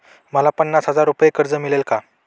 मला पन्नास हजार रुपये कर्ज मिळेल का?